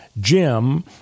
Jim